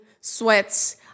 sweats